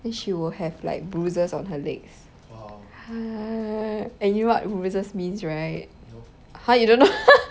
then she will have like bruises on her legs and you know what bruises means right !huh! you don't know